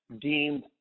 deemed